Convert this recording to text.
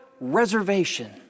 reservation